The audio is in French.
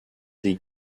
des